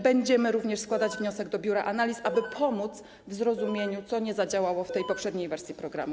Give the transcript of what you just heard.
Będziemy również składać wniosek do biura analiz, aby pomogło w zrozumieniu, co nie zadziałało w tej poprzedniej wersji programu.